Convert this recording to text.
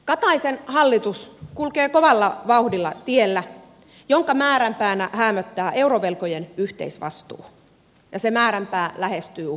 kataisen hallitus kulkee kovalla vauhdilla tiellä jonka määränpäänä häämöttää eurovelkojen yhteisvastuu ja se määränpää lähestyy uhkaavasti